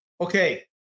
Okay